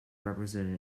represented